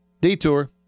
Detour